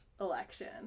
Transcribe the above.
election